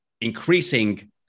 increasing